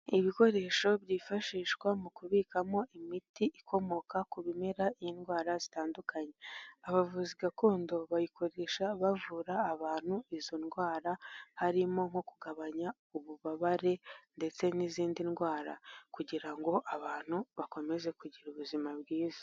Ibikoresho byifashishwa mu kubikamo imiti ikomoka ku bimera y'indwara zitandukanye, abavuzi gakondo bayikoresha bavura abantu izo ndwara, harimo nko kugabanya ububabare ndetse n'izindi ndwara kugira ngo abantu bakomeze kugira ubuzima bwiza.